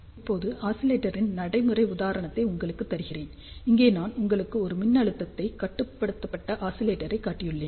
இப்போது ஆஸிலேட்டரின் நடைமுறை உதாரணத்தை உங்களுக்கு தருகிறேன் இங்கே நான் உங்களுக்கு ஒரு மின்னழுத்தத்தைக் கட்டுப்படுத்தப்பட்ட ஆஸிலேட்டரை காட்டியுள்ளேன்